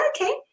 Okay